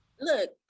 Look